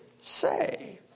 say